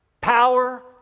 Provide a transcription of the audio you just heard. Power